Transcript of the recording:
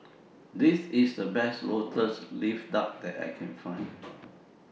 This IS The Best Lotus Leaf Duck that I Can Find